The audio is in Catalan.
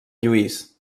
lluís